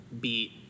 beat